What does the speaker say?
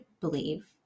believe